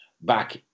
back